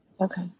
Okay